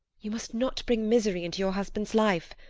you must not bring misery into your husband's life.